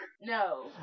no